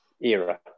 era